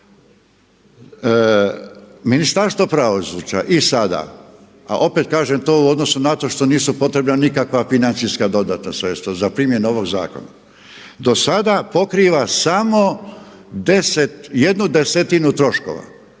Ministarstvo pravosuđa i sada a opet kažem to u odnosu na to što nisu potrebna nikakva financijska dodatna sredstva za primjenu ovog zakona. Do sada pokriva samo jednu desetinu troškova